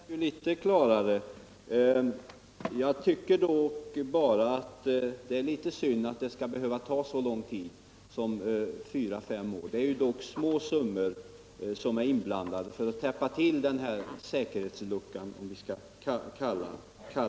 Herr talman! Det senaste som kommunikationsministern sade lät litet klarare. Jag tycker dock att det är synd att det skall ta så lång tid som fyra fem år. Det är ju i alla fall små summor som är inblandade för att täppa till den här säkerhetsluckan, om vi skall uttrycka det så.